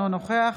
אינו נוכח